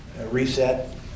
reset